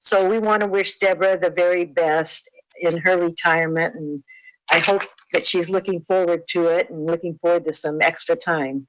so we wanna wish debra the very best in her retirement, and i hope that she's looking forward to it, and looking forward to some extra time.